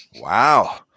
Wow